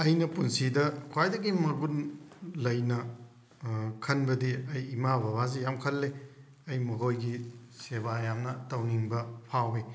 ꯑꯩꯅ ꯄꯨꯟꯁꯤꯗ ꯈꯋꯥꯏꯗꯤꯒꯤ ꯃꯒꯨꯟ ꯂꯩꯅ ꯈꯟꯕꯗꯤ ꯑꯩ ꯏꯃꯥ ꯕꯕꯥꯁꯤ ꯌꯥꯝ ꯈꯜꯂꯤ ꯑꯩ ꯃꯈꯣꯏꯒꯤ ꯁꯦꯕꯥ ꯌꯥꯝꯅ ꯇꯧꯅꯤꯡꯕ ꯐꯥꯎꯋꯤ